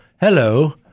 hello